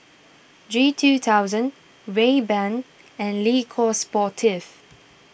G two thousand Rayban and Le Coq Sportif